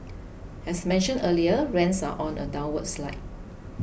as mentioned earlier rents are on a downward slide